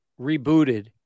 rebooted